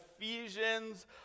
Ephesians